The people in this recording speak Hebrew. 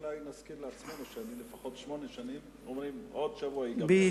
אולי נזכיר לעצמנו שלפחות שמונה שנים אומרים: עוד שבוע ייגמר.